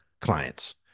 clients